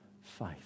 faith